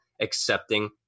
accepting